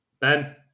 Ben